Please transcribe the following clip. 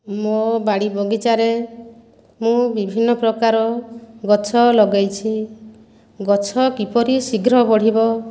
ମୋ' ବାଡ଼ି ବଗିଚାରେ ମୁଁ ବିଭିନ୍ନ ପ୍ରକାର ଗଛ ଲଗାଇଛି ଗଛ କିପରି ଶୀଘ୍ର ବଢ଼ିବ